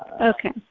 Okay